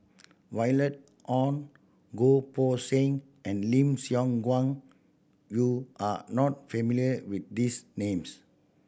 Violet Oon Goh Poh Seng and Lim Siong Guan you are not familiar with these names